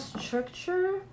structure